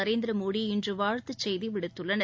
நரேந்திரமோடி இன்று வாழ்த்துச் செய்தி விடுத்துள்ளன்